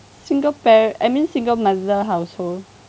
single par~ I mean single mother household